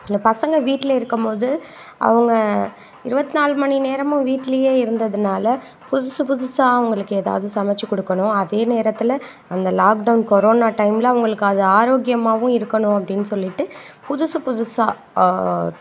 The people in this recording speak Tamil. இந்த பசங்க வீட்டில இருக்கும் போது அவங்க இருபத்தி நாலு மணிநேரமும் வீட்டிலேயே இருந்ததனால புதுசு புதுசாக அவங்களுக்கு ஏதாவது சமைத்து கொடுக்கணும் அதே நேரத்தில் அந்த லாக்டவுன் கொரோனா டைம்ல அவங்களுக்கு அது ஆரோக்கியமாகவும் இருக்கணும் அப்படின்னு சொல்லிட்டு புதுசு புதுசாக